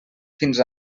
fins